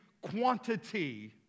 quantity